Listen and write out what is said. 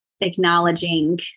acknowledging